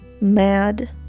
mad